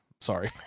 Sorry